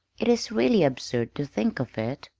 it is really absurd to think of it.